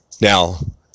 Now